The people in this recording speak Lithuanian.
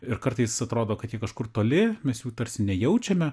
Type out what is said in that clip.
ir kartais atrodo kad jie kažkur toli mes jų tarsi nejaučiame